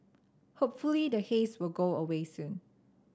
hopefully the haze will go away soon